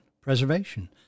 preservation